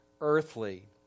earthly